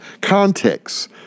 context